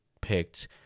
picked